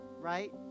right